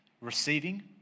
receiving